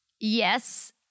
Yes